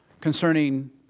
concerning